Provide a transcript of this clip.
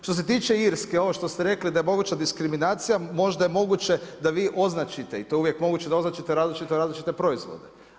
Što se tiče Irske ovo što ste rekli da je moguća diskriminacija, možda je moguće da vi označite i to je uvijek moguće da označite različite proizvode.